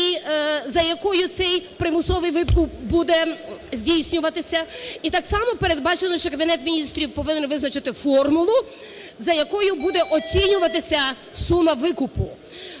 за якою цей примусовий викуп буде здійснюватися. І так само передбачено, що Кабінет Міністрів повинен визначити формулу, за якою буде оцінюватися сума викупу.